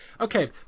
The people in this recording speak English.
Okay